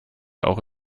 auch